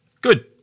Good